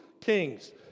kings